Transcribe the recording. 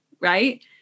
Right